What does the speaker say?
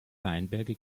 weinberge